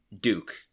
Duke